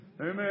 Amen